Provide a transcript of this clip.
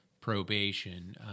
probation